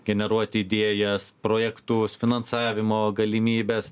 generuot idėjas projektus finansavimo galimybes